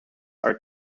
are